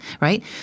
right